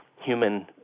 human